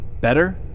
better